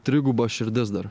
triguba širdis dar